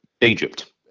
egypt